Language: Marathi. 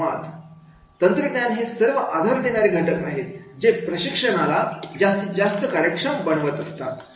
संवाद तंत्रज्ञान हे सर्व आधार देणारे घटक आहेत जे प्रशिक्षणाला जास्तीत जास्त कार्यक्षम बनवतात